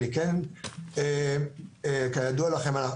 כידוע לכם,